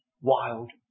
wild